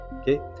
okay